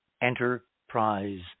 enterprise